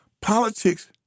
Politics